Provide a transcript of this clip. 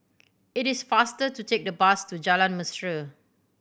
it is faster to take the bus to Jalan Mesra